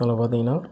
அதில் பார்த்திங்கன்னா